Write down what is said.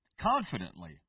Confidently